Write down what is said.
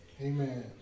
amen